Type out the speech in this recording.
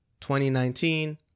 2019